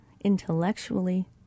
intellectually